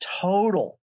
total